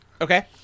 Okay